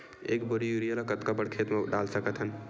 एक बोरी यूरिया ल कतका बड़ा खेत म डाल सकत हन?